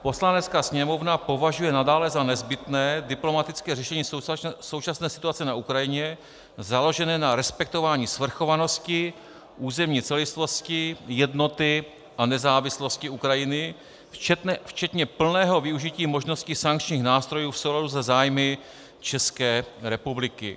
Poslanecká sněmovna považuje nadále za nezbytné diplomatické řešení současné situace na Ukrajině, založené na respektování svrchovanosti, územní celistvosti, jednoty a nezávislosti Ukrajiny, včetně plného využití možností sankčních nástrojů v souladu se zájmy České republiky.